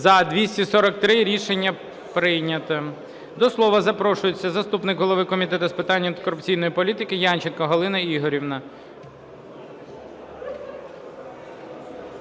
За-243 Рішення прийнято. До слова запрошується заступник голови Комітету з питань антикорупційної політики Янченко Галина Ігорівна.